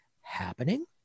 happening